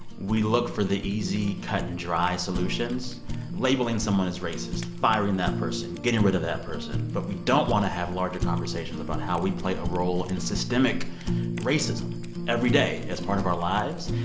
we look for the easy cut-and-dry solutions labeling someone as racist, firing that person, getting rid of that person. but we don't want to have larger conversations about how we play a role in systemic racism every day as part of our lives.